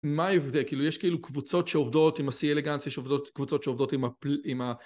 מה ההבדל? יש כאילו קבוצות שעובדות עם השיא אלגנס, יש קבוצות שעובדות עם ה...